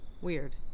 Weird